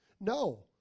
No